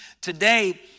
Today